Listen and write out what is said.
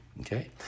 Okay